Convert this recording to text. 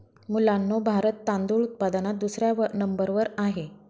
मुलांनो भारत तांदूळ उत्पादनात दुसऱ्या नंबर वर आहे